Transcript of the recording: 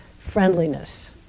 friendliness